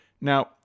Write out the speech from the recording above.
Now